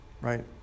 right